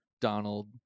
Donald